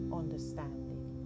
understanding